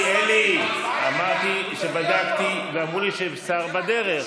אמרתי שבדקתי ואמרו לי ששר בדרך.